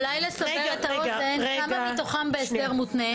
אולי לסבר את האוזן, כמה מתוכם בהסדר מותנה?